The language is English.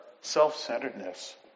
self-centeredness